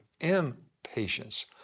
impatience